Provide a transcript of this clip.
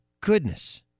goodness